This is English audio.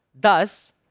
Thus